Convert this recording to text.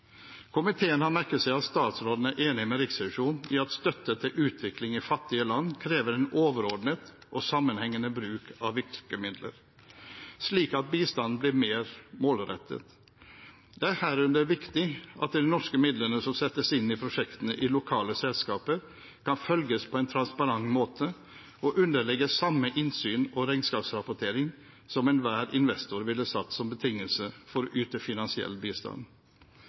Komiteen har merket seg at statsråden er enig med Riksrevisjonen i at støtte til utvikling i fattige land krever en overordnet og sammenhengende bruk av virkemidler, slik at bistanden blir mer målrettet. Det er herunder viktig at de norske midlene som settes inn i prosjektene i lokale selskaper, kan følges på en transparent måte, og underlegges samme innsyn og regnskapsrapportering som enhver investor ville satt som betingelse for å yte finansiell bistand.